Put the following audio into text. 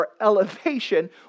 elevation